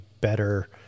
better